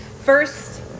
First